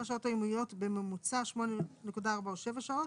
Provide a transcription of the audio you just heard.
ערך שעה לעובד שמירה שמועסק 6 ימים בשבוע (באחוזים/שקלים חדשים)